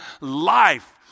life